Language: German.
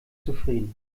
zufrieden